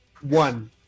one